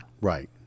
Right